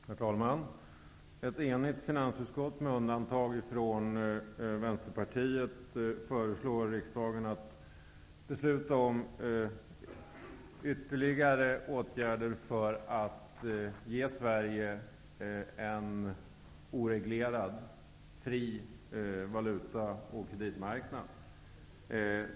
Herr talman! Ett enigt finansutskott, med undantag av Vänsterpartiet, föreslår riksdagen att besluta om ytterligare åtgärder för att ge Sverige en oreglerad, fri valuta och kreditmarknad.